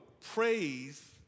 praise